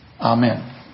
Amen